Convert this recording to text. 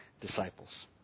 disciples